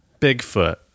bigfoot